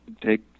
take